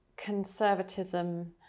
conservatism